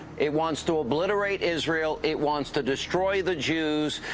it wants to obliterate israel. it wants to destroy the jews.